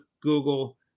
Google